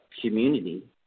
community